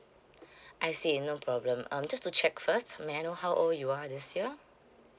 I see no problem um just to check first may I know how old you are this year